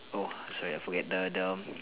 oh sorry I forget the the